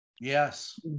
Yes